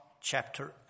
chapter